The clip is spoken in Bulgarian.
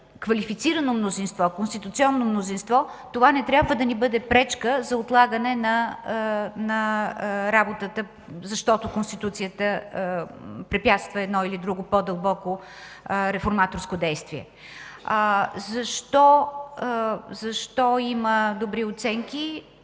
квалифицирано мнозинство, конституционно мнозинство, това не трябва да ни бъде пречка за отлагане на работата, защото Конституцията препятства едно или друго по-дълбоко реформаторско действие. Защо има добри оценки